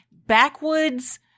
Backwoods